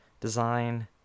design